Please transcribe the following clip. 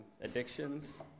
addictions